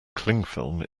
clingfilm